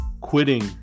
Quitting